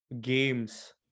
games